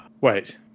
Wait